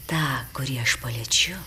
tą kurį aš paliečiu